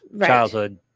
childhood